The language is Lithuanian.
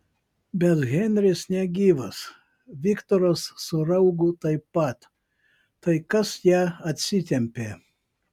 bet henris negyvas viktoras su raugu taip pat tai kas ją atsitempė